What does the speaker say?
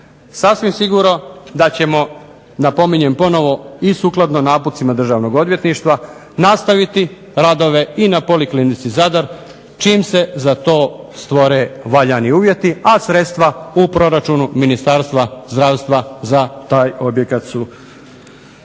Sasvim sigurno da ćemo, napominjem ponovo i sukladno naputcima Državnog odvjetništva nastaviti radove i na Poliklinici Zadar čim se za to stvore valjani uvjeti, a sredstva u proračunu Ministarstva zdravstva za taj objekat su